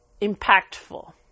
impactful